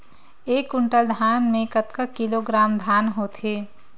एक कुंटल धान में कतका किलोग्राम धान होथे?